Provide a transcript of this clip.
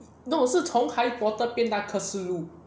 no 是从 harry potter 变成马克思路